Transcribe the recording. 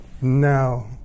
now